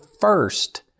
first